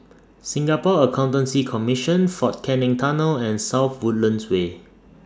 Singapore Accountancy Commission Fort Canning Tunnel and South Woodlands Way